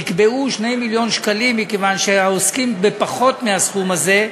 נקבעו 2 מיליון שקלים מכיוון שלעוסקים בפחות מהסכום הזה,